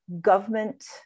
government